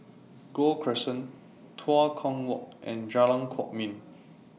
Gul Crescent Tua Kong Walk and Jalan Kwok Min